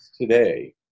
today